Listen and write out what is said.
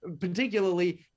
particularly